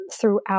throughout